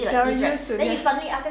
they are oblivious to yes